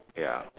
ya